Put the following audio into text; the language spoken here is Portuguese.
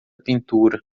pintura